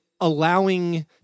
allowing